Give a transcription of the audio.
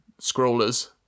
scrollers